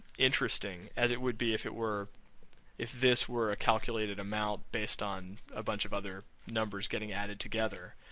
interesting as it would be if it were if this were a calculated amount based on a bunch of other numbers getting added together.